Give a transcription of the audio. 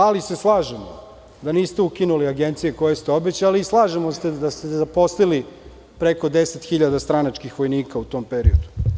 Ali se slažemo da niste ukinuli agencije koje ste obećali i slažemo se da ste zaposlili preko 10 hiljada stranačkih vojnika u tom periodu.